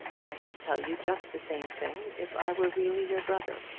i should tell you just the same thing if i were really your brother.